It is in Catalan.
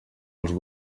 els